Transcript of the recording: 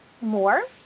more